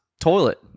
toilet